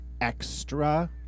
extra